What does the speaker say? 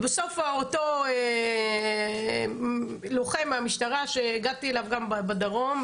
ובסוף אותו לוחם מהמשטרה שהגעתי אליו גם בדרום,